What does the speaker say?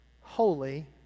holy